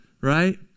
right